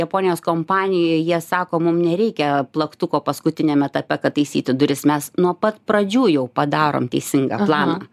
japonijos kompanijoj jie sako mum nereikia plaktuko paskutiniam etape kad taisyti duris mes nuo pat pradžių jau padarom teisingą planą